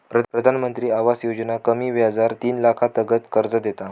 प्रधानमंत्री आवास योजना कमी व्याजार तीन लाखातागत कर्ज देता